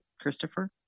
Christopher